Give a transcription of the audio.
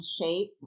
shape